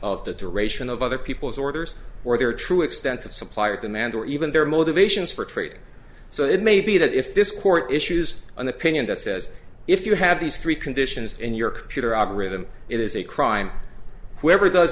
of the duration of other people's orders or their true extent of supply or demand or even their motivations for trading so it may be that if this court issues on the pinion that says if you have these three conditions in your computer algorithm it is a crime whoever does